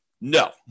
No